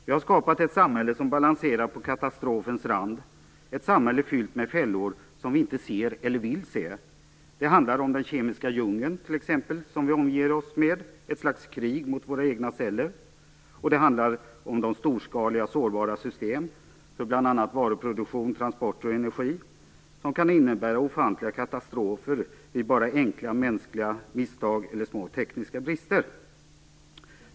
Vi har skapat ett samhälle som balanserar på katastrofens rand, ett samhälle fyllt med fällor som vi inte ser eller vill se. Det handlar t.ex. om den kemiska djungel som vi omger oss med, ett slags krig mot våra egna celler, och det handlar om de storskaliga och sårbara system för bl.a. varuproduktion, transporter och energi som kan innebära ofantliga katastrofer vid bara enkla mänskliga misstag eller små tekniska brister.